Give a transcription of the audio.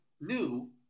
new